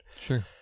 sure